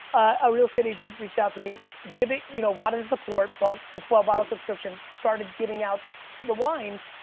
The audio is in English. a real estate agent reached out to me, giving, you know, wider support, but the twelve bottles subscription started giving out the wines,